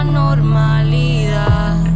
normalidad